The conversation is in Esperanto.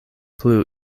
plu